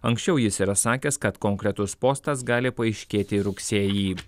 anksčiau jis yra sakęs kad konkretus postas gali paaiškėti rugsėjį